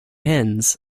hens